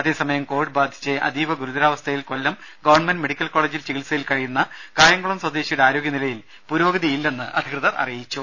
അതേസമയം കൊവിഡ് ബാധിച്ച് അതീവ ഗുരുതരാവസ്ഥയിൽ കൊല്ലം ഗവൺമെൻറ് മെഡിക്കൽ കോളേജിൽ ചികിത്സയിൽ കഴിയുന്ന കായംകുളം സ്വദേശിയുടെ ആരോഗ്യനിലയിൽ പുരോഗതിയില്ലെന്ന് അധികൃതർ അറിയിച്ചു